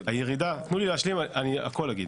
תנו לי להשלים הכול אני אגיד.